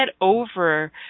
over